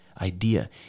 idea